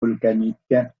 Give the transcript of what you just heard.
volcaniques